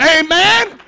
Amen